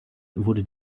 wurde